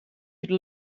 could